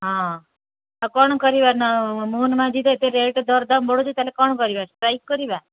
ହଁ ଆଉ କ'ଣ କରିବା ମୋହନ ମାଝି ତ ଏତେ ରେଟ୍ ଦରଦାମ ବଢ଼ଉଛି ତାହେଲେ କ'ଣ କରିବା ଷ୍ଟ୍ରାଇକ୍ କରିବା